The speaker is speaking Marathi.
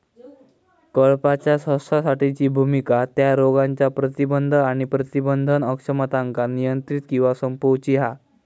कळपाच्या स्वास्थ्यासाठीची भुमिका त्या रोगांच्या प्रतिबंध आणि प्रबंधन अक्षमतांका नियंत्रित किंवा संपवूची हा